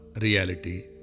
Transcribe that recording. reality